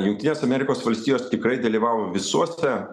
jungtinės amerikos valstijos tikrai dalyvavo visuose